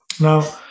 Now